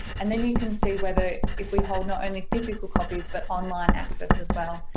and then you can see whether, if we hold not only physical copies but online access as well.